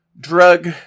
drug